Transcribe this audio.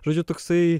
žodžiu toksai